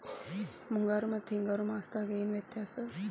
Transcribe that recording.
ಮುಂಗಾರು ಮತ್ತ ಹಿಂಗಾರು ಮಾಸದಾಗ ಏನ್ ವ್ಯತ್ಯಾಸ?